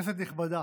כנסת נכבדה,